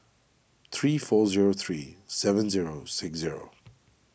three four zero three seven zero six zero